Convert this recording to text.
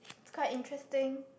it's quite interesting